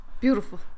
Beautiful